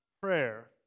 prayer